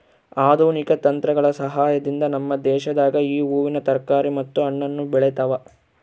ಆಧುನಿಕ ತಂತ್ರಗಳ ಸಹಾಯದಿಂದ ನಮ್ಮ ದೇಶದಾಗ ಈ ಹೂವಿನ ತರಕಾರಿ ಮತ್ತು ಹಣ್ಣನ್ನು ಬೆಳೆತವ